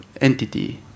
entity